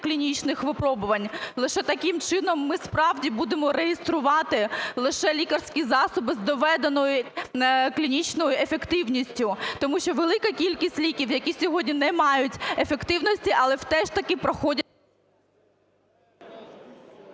клінічних випробувань. Лише таким чином ми справді будемо реєструвати лише лікарські засоби з доведеною клінічною ефективністю. Тому що велика кількість ліків, які сьогодні не мають ефективності, але теж таки проходять